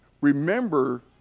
remember